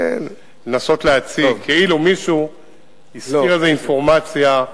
לנסות להציג כאילו מישהו הסתיר איזה אינפורמציה,